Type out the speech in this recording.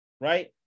Right